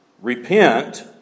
Repent